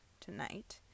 tonight